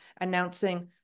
announcing